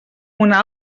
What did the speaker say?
una